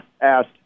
asked